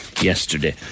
yesterday